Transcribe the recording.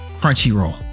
Crunchyroll